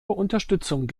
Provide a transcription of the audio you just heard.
unterstützung